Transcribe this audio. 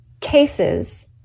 cases